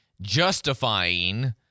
justifying